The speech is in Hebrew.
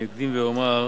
אני אקדים ואומר,